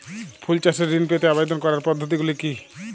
ফুল চাষে ঋণ পেতে আবেদন করার পদ্ধতিগুলি কী?